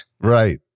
Right